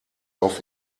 auf